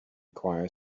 choir